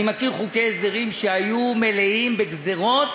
אני מכיר חוקי הסדרים שהיו מלאים בגזירות